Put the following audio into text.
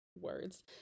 words